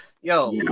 Yo